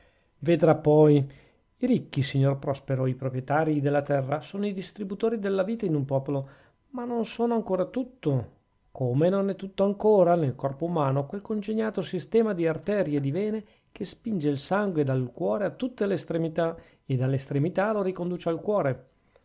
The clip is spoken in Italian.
vedrà poi i ricchi signor prospero i proprietarii della terra sono i distributori della vita in un popolo ma non sono ancora tutto come non è tutto ancora nel corpo umano quel congegnato sistema di arterie e di vene che spinge il sangue dal cuore a tutte le estremità e dalle estremità lo riconduce al cuore